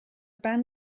ben